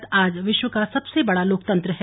भारत आज विश्व का सबसे बड़ा लोकतंत्र है